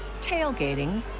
tailgating